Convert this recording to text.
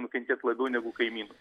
nukentės labiau negu kaimynų